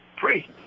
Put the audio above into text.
Free